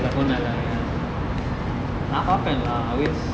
நா பாப்பேன் லா:naa paapen la I always